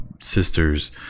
sisters